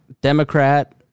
Democrat